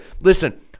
Listen